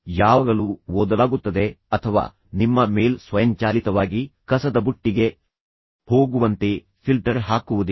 ಯಾವಾಗಲೂ ಓದಲಾಗುತ್ತದೆ ಅಥವಾ ನಿಮ್ಮ ಮೇಲ್ ಸ್ವಯಂಚಾಲಿತವಾಗಿ ಕಸದ ಬುಟ್ಟಿಗೆ ಹೋಗುವಂತೆ ಫಿಲ್ಟರ್ ಹಾಕುವುದಿಲ್ಲ